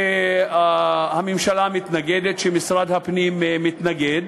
שהממשלה מתנגדת, שמשרד הפנים מתנגד.